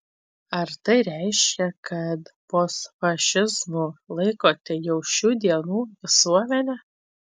ar tai reiškia kad postfašizmu laikote jau šių dienų visuomenę